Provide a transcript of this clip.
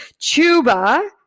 Chuba